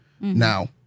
Now